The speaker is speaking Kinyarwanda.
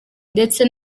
ndetse